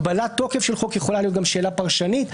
הגבלת תוקף של חוק יכולה להיות גם שאלה פרשנית,